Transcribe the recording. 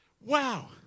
Wow